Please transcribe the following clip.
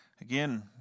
Again